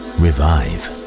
revive